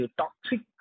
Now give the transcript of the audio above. toxic